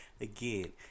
Again